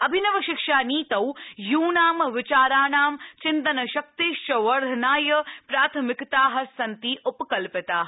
अभिनवशिक्षानीतौ यूना विचाराणां चिन्तनशक्तेश्व वर्धनाय प्राथमिकता सन्ति उपकल्पिता